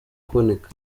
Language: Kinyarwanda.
kuboneka